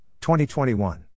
2021